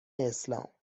اسلام